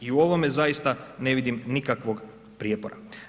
I u ovome zaista ne vidim nikakvog prijepora.